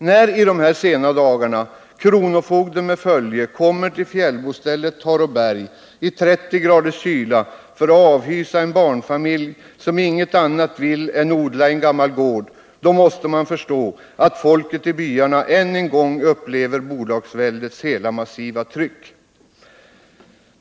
När i dessa sena dagar kronofogden med följe kommer till fjällbostället Taråberg i 30 graders kyla för att avhysa en barnfamilj som inget annat vill än odla en gammal gård, då måste man förstå att folket i byarna än en gång upplever bolagsväldets hela massiva tryck.